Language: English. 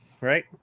right